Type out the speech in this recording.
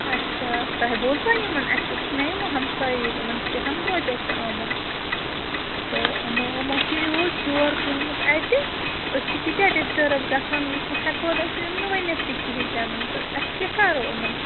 اچھا تۄہہِ بوٗزوٕ یِمَن اَسہِ اوس نا یِمو ہمساے ییٚتہِ یِمَن چھِ کہتام پرٛوجَکٹ آمُت تہٕ یِمو یِمو چھِ یوٗز شور تُلمُت اَتہِ أسۍ چھِ تیٖتیٛاہ ڈِسٹٲرٕب گژھان وۍ ہٮ۪کو نہٕ أسۍ یِمن ؤنِتھ تہِ کِہیٖنۍ تہِ نہٕ تہٕ اَسہِ کیٛاہ کَرو یِمَن